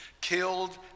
killed